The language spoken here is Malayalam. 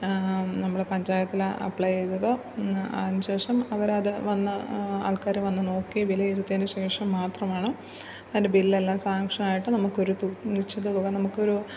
നമ്മൾ പഞ്ചായത്തിൽ അപ്ലൈ ചെയ്തത് അതിനുശേഷം അവർ അത് വന്ന് ആൾക്കാർ വന്നുനോക്കി വിലയിരുത്തിയതിനുശേഷം മാത്രമാണ് അതിൻ്റെ ബില്ല് എല്ലാം സങ്ഷനായിട്ട് നമുക്ക് ഒരു തുക നിശ്ചിത തുക നമുക്ക് ഒരു